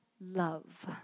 love